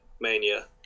mania